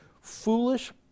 foolish